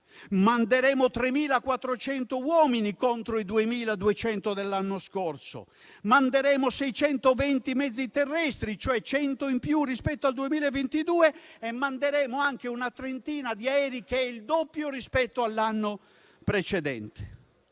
manderemo 3.400 uomini contro i 2.200 dell'anno scorso; manderemo 620 mezzi terrestri, cioè 100 in più rispetto al 2022, e manderemo anche una trentina di aerei, cioè il doppio rispetto all'anno precedente.